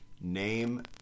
Name